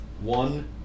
one